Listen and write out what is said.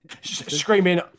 screaming